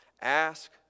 Ask